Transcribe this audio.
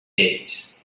days